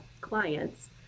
clients